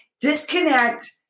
disconnect